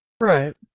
right